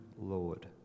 Lord